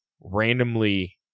randomly